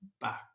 back